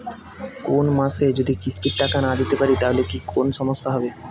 কোনমাসে যদি কিস্তির টাকা না দিতে পারি তাহলে কি কোন সমস্যা হবে?